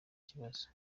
kibazo